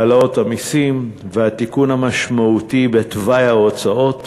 העלאות המסים והתיקון המשמעותי בתוואי ההוצאות,